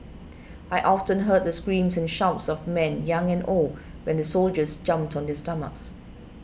I often heard the screams and shouts of men young and old when the soldiers jumped on their stomachs